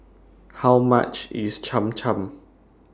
How much IS Cham Cham